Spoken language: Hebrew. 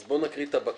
אז בוא נקריא את הבקשה.